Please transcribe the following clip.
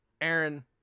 Aaron